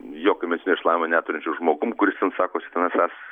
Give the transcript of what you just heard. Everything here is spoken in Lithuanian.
jokio medicinino išsilavinimo neturinčio žmogum kuris ten sakosi ten esąs